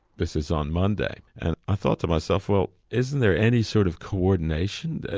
this is on monday and i thought to myself well isn't there any sort of co-ordination,